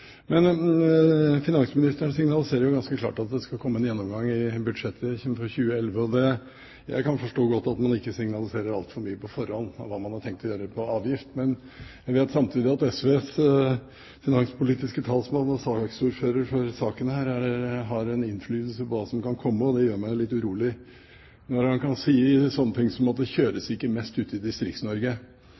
men som likevel eksisterer i den virkelige verden. Det bør vel være hevet over enhver tvil at det er andre måter å gjøre ting på enn det Regjeringen har gjort det siste året, i hvert fall. Finansministeren signaliserer ganske klart at det skal komme en gjennomgang i budsjettet for 2011. Jeg kan godt forstå at man ikke signaliserer altfor mye på forhånd når det gjelder hva man har tenkt å gjøre på avgiftsområdet. Jeg vet samtidig at SVs finanspolitiske talsmann og ordfører for saken har en innflytelse på hva som kan komme, og det